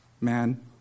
man